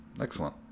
Excellent